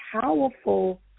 powerful